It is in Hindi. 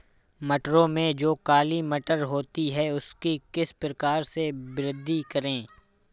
मटरों में जो काली मटर होती है उसकी किस प्रकार से वृद्धि करें?